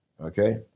Okay